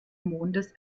mondes